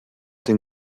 den